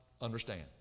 understand